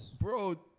Bro